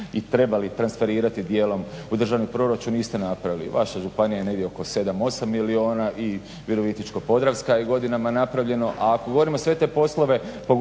i trebali transferirati dijelom u državni proračun, niste napravili. Vaša županija je negdje oko 7, 8 milijuna i Virovitičko-podravska je godinama napravljeno, a ako govorimo sve te poslove